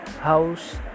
house